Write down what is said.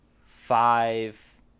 five